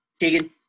Keegan